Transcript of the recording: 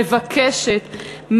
מבקשת,